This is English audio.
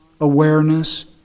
awareness